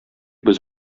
без